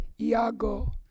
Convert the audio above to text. Iago